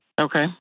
okay